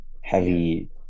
heavy